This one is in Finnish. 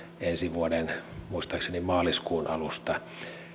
ensi vuoden muistaakseni maaliskuun alusta